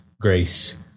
grace